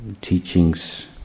teachings